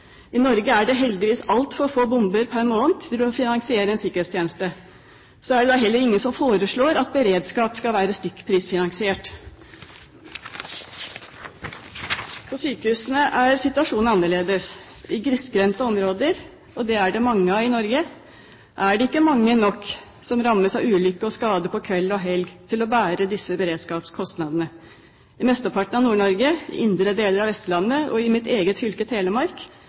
I Norge er det heldigvis altfor få bomber per måned til å finansiere en sikkerhetstjeneste. Så er det da heller ingen som foreslår at beredskap skal være stykkprisfinansiert. På sykehusene er situasjonen annerledes. I grisgrendte områder – og det er det mange av i Norge – er det ikke mange nok som rammes av ulykke og skade på kvelden og i helgen til å bære disse beredskapskostnadene. I mesteparten av Nord-Norge, i indre deler av Vestlandet og i mitt eget fylke Telemark